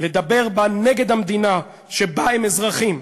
לדבר בו נגד המדינה שבה הם אזרחים,